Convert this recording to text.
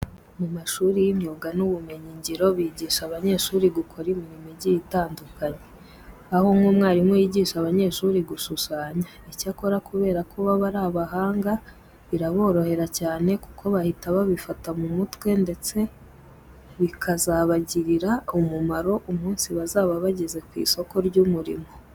Mu mashuri y'imyuga n'ubumenyingiro bigisha abanyeshuri gukora imirimo igiye itandukanye. Aho nk'umwarimu yigisha abanyeshuri gushushanya. Icyakora kubera ko baba ari abahanga biraborohera cyane kuko bahita babifata mu mutwe ndetse bikazabagirira umumaro umunsi bazaba bageze ku isoko ry'umurimo.